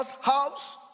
house